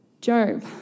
Job